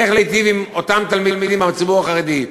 להיטיב עם אותם תלמידים בציבור החרדי,